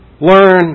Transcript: Learn